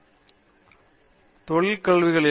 பேராசிரியர் அரிந்தமா சிங் தொழில்களில்